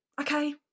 okay